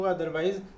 Otherwise